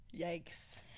yikes